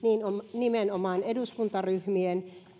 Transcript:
nimenomaan eduskuntaryhmien